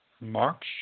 March